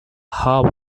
hard